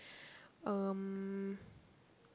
um